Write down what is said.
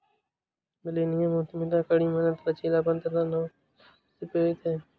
millennium उद्यमिता कड़ी मेहनत, लचीलापन तथा नवाचार से प्रेरित है